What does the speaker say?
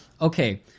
okay